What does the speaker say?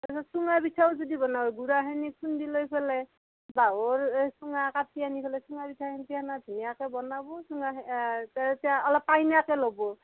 তাৰ পিছত চুঙা পিঠাও যদি বনাৱেও গুড়াখিনি খুন্দি লৈ ফেলে বাহৰ চুঙা কাটি আনি ফেলে চুঙাপিঠাখিনি ধুনীয়াকৈ বনাবো চুঙা অলপ পাইনাকে ল'ব